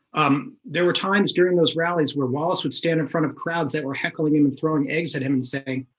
um, there were times during those rallies where wallace would stand in front of crowds that were heckling him and throwing eggs at him and saying